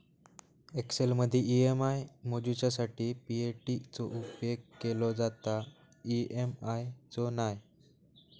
एक्सेलमदी ई.एम.आय मोजूच्यासाठी पी.ए.टी चो उपेग केलो जाता, ई.एम.आय चो नाय